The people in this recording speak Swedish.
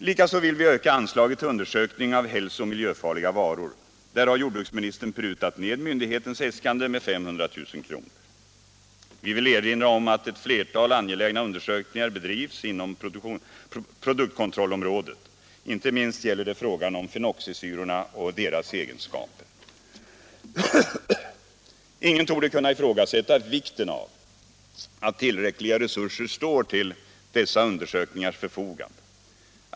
Likaså vill vi öka anslaget till undersökningar av hälso och miljöfarliga varor. Där har jordbruksministern prutat ned myndighetens äskande med 500 000 kr. Vi vill erinra om att ett flertal angelägna undersökningar bedrivs inom produktkontrollområdet. Inte minst gäller det fenoxisyrorna och deras egenskaper. Ingen torde kunna ifrågasätta vikten av att tillräckliga resurser står till dessa undersökningars förfogande.